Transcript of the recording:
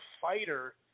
fighter